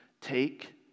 take